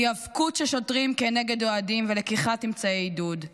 היאבקות של שוטרים כנגד אוהדים ולקיחת אמצעי עידוד.